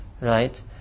right